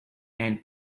and